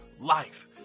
life